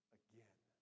again